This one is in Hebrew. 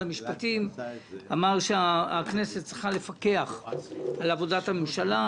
המשפטים אמר שהכנסת צריכה לפקח על עבודת הממשלה: